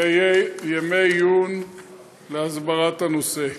ויהיו ימי עיון להסברת הנושא.